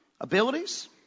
abilities